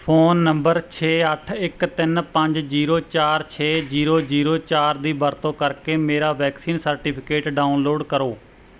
phone number ਛੇ ਅੱਠ ਇੱਕ ਤਿੰਨ ਪੰਜ ਜੀਰੋ ਚਾਰ ਛੇ ਜੀਰੋ ਜੀਰੋ ਚਾਰ ਦੀ ਵਰਤੋਂ ਕਰਕੇ ਮੇਰਾ ਵੈਕਸੀਨ ਸਰਟੀਫਿਕੇਟ ਡਾਊਨਲੋਡ ਕਰੋ